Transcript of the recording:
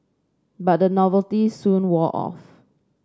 but the novelty soon wore off